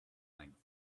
length